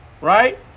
right